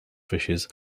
fishes